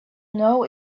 know